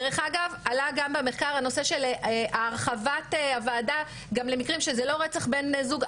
דרך אגב עלה במחקר גם הנושא של הרחבת הוועדה למקרים שהם לא רצח בן זוג,